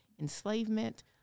enslavement